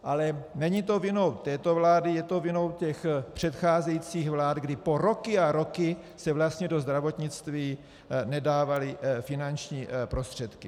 Ale není to vinou této vlády, je to vinou těch předcházejících vlád, kdy po roky a roky se vlastně do zdravotnictví nedávaly finanční prostředky.